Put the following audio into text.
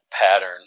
pattern